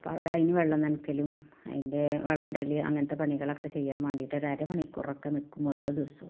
അപ്പം അവിടെ അതിന് വെള്ളം നനക്കലും അതിന്റെ വളം ഇടൽ അങ്ങനത്ത പണികളൊക്കെ ചെയ്യാൻ വേണ്ടിട്ട് ഒര് അര മണിക്കൂറൊക്കെ നിൽക്കും ഓരോ ദിവസവും